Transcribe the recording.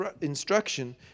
instruction